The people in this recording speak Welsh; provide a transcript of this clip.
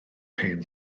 hen